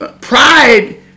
pride